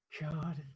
God